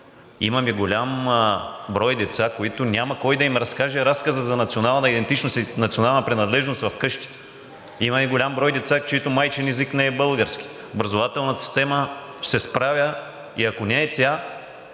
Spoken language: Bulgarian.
имаме голям брой деца, на които няма кой да им разкаже разказа за национална идентичност и национална принадлежност вкъщи, има голям брой деца, чийто майчин език не е български. Образователната система се справя и ако не е тя,